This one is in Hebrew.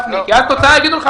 כי על התוצאה יגידו לך,